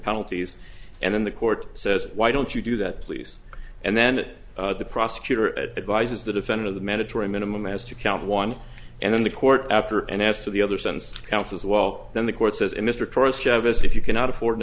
penalties and then the court says why don't you do that please and then the prosecutor at the rises the defender of the mandatory minimum as to count one and then the court after and as to the other sense counts as well then the court says mr tourist you have as if you cannot afford an